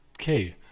okay